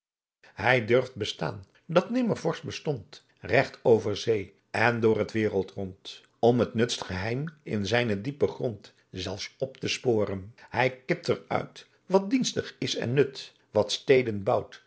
hij durft bestaan dat nimmer vorst bestond recht over zee en door het wereldrond om t nutst geheim in zijnen diepen grond zelf op te sporen hij kipt er uit wat dienstig is en nut wat steden bouwt